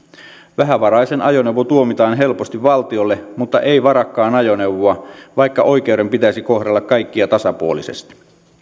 vähävaraisen ajoneuvo tuomitaan helposti valtiolle mutta ei varakkaan ajoneuvoa vaikka oikeuden pitäisi kohdella kaikkia tasapuolisesti